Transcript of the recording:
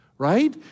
Right